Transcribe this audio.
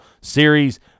series